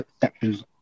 sections